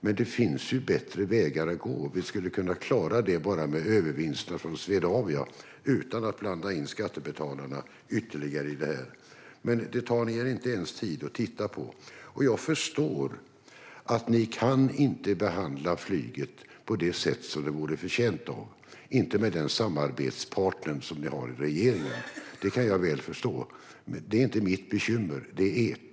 Men det finns bättre vägar att gå. Vi skulle kunna klara det bara med övervinsterna från Swedavia utan att blanda in skattebetalarna ytterligare i det här. Men det tar ni er inte ens tid att titta på. Jag förstår att ni inte kan behandla flyget på det sätt som det vore förtjänt av, inte med den samarbetspartner som ni har i regeringen. Det kan jag väl förstå. Men det är inte mitt bekymmer, utan ert.